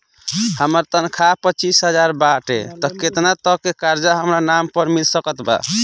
हमार तनख़ाह पच्चिस हज़ार बाटे त केतना तक के कर्जा हमरा नाम पर मिल सकत बा?